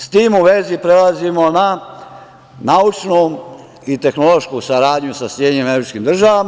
S tim u vezi, prelazimo na naučnu i tehnološku saradnju sa SAD.